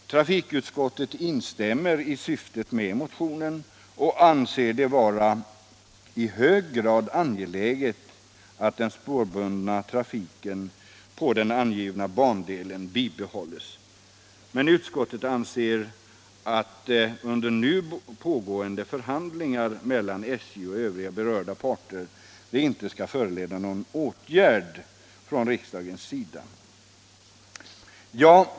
Trafikutskottet har instämt i motionens syfte och ansett det vara i hög grad angeläget att den spårbundna trafiken på den angivna bandelen bibehålls. Men under nu pågående förhandlingar mellan SJ och övriga berörda parter har utskottet ändå inte ansett att motionen bör föranleda någon åtgärd från riksdagens sida.